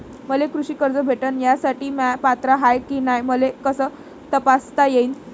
मले कृषी कर्ज भेटन यासाठी म्या पात्र हाय की नाय मले कस तपासता येईन?